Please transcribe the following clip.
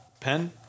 pen